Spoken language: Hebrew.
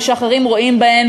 ושאחרים רואים בהן,